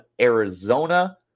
Arizona